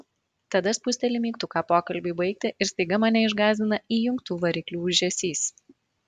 tada spusteli mygtuką pokalbiui baigti ir staiga mane išgąsdina įjungtų variklių ūžesys